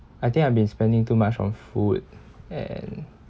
I think I've been spending too much on food and